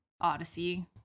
Odyssey